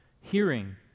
hearing